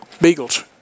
beagles